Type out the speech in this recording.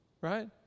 Right